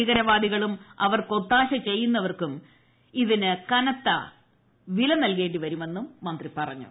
ഭീകരവാദികളും അവർക്ക് ഒത്താശ ചെയ്യുന്നവരും ഇതിന് കനത്ത വില നൽകേണ്ടി വരുമെന്നും മന്ത്രി പറഞ്ഞു